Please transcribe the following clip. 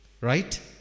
Right